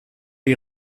die